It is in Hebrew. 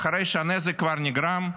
אחרי שהנזק כבר נגרם,